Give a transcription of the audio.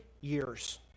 years